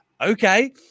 okay